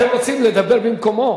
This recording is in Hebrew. אתם רוצים לדבר במקומו?